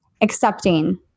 accepting